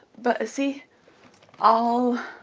but see all